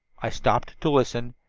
i stopped to listen,